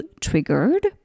triggered